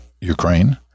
Ukraine